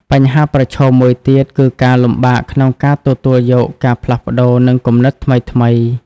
បញ្ហាប្រឈមមួយទៀត គឺការលំបាកក្នុងការទទួលយកការផ្លាស់ប្ដូរ និងគំនិតថ្មីៗ។